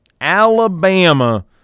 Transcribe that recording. Alabama